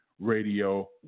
Radio